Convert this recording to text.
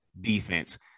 defense